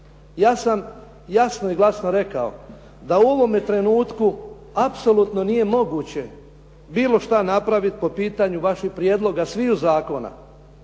Ja sam jasno i glasno rekao da u ovome trenutku apsolutno nije moguće bilo što napraviti po pitanju vaših prijedloga svih zakona,